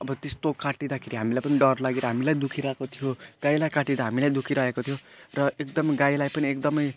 अब त्यस्तो काटिँदाखेरि हामीलाई पनि डर लागेर हामीलाई दुःखीरहेको थियो गाईलाई काटेर हामीलाई दुःखीरहेको थियो र एकदम गाईलाई पनि एकदम